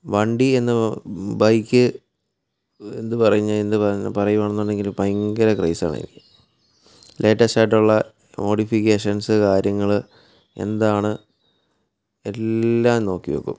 വണ്ടി എന്ന് ബൈക്ക് പറയുകയാണെന്നുണ്ടെങ്കിലും ഭയങ്കര ക്രേസ് ആണെനിക്ക് ലേറ്റസ്റ്റ് ആയിട്ടുള്ള മോഡിഫിക്കേഷൻസ് കാര്യങ്ങൾ എന്താണ് എല്ലാം നോക്കി വയ്ക്കും